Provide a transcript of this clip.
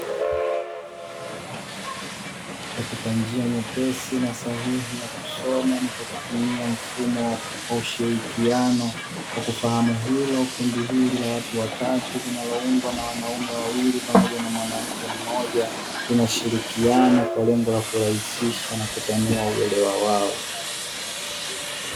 Katika njia nyepesi na sahihi ya kusoma na kutumia mfumo wa ushirikiano, kwa kufahamu hilo kundi hili la watu watatu linaloundwa na wanaume wawili pamoja na mwanamke mmoja kinashirikiana kwa lengo la kurahisisha na kutanua uelewa wao.